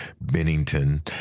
Bennington